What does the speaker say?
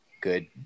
good